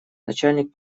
начальник